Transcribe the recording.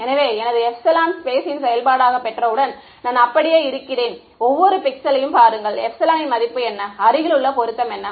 எனவே எனது இந்த எப்சிலனை ஸ்பேஸின் செயல்பாடாக பெற்றவுடன் நான் அப்படியே இருக்கிறேன் ஒவ்வொரு பிக்சலையும் பாருங்கள் எப்சிலனின் மதிப்பு என்ன அருகிலுள்ள பொருத்தம் என்ன